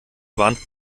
warnt